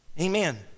Amen